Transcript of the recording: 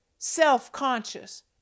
self-conscious